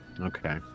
Okay